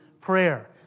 prayer